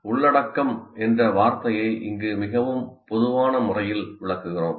'உள்ளடக்கம்' என்ற வார்த்தையை இங்கு மிகவும் பொதுவான முறையில் விளக்குகிறோம்